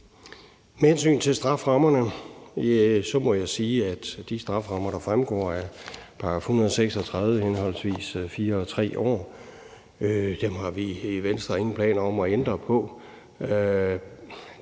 Med hensyn til strafferammerne må jeg sige, at de strafferammer, der fremgår af § 136, altså 3 og 4 år, har vi i Venstre ingen planer om at ændre på.